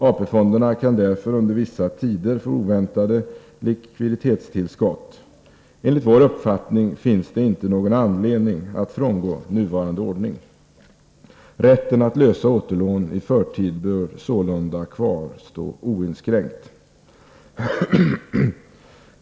AP-fonderna kan därför under vissa tider få oväntade likviditetstillskott. Enligt vår uppfattning finns det inte någon anledning att frångå nuvarande ordning. Rätten att lösa återlån i förtid bör sålunda kvarstå oinskränkt.